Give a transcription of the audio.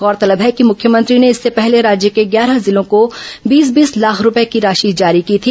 गौरतलब है कि मुख्यमंत्री ने इससे पहले राज्य के ग्यारह जिलों को बीस बीस लाख रूपये की राशि जारी की थी